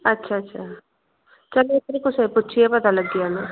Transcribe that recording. अच्छा अच्छा चलो उद्धर बी कुसै गी पुच्छियै पता लग्गी जाना